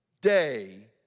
day